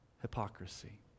hypocrisy